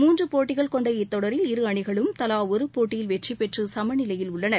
மூன்று போட்டிகள் கொண்ட இத்தொடரில் இரு அணிகளும் தவா ஒரு போட்டியில் வெற்றி பெற்று சம நிலையில் உள்ளன